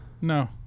No